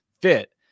fit